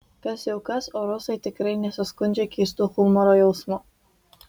kas jau kas o rusai tikrai nesiskundžia keistu humoro jausmu